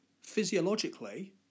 physiologically